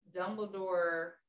dumbledore